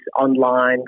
online